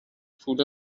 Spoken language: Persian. پول